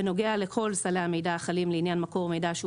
בנוגע לכל סלי המידע החלים לעניין מקור מידע שהוא